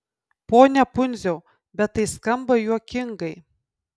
pone pundziau bet tai skamba juokingai